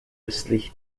östlich